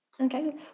Okay